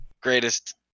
greatest